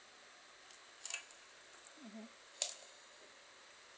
mmhmm